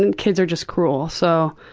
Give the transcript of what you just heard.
and kids are just cruel so